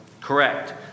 Correct